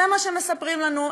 זה מה שמספרים לנו.